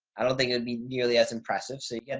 i don't think it'd be nearly as impressive. so yeah,